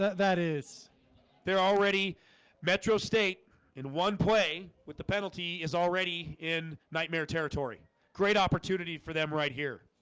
that is there already metro state in one play with the penalty is already in nightmare territory great opportunity for them right here